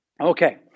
Okay